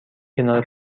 کنار